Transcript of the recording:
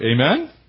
Amen